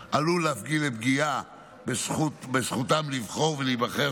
עלול להביא לפגיעה בזכותם לבחור ולהיבחר של